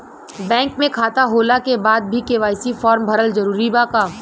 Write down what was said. Bank में खाता होला के बाद भी के.वाइ.सी फार्म भरल जरूरी बा का?